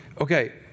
Okay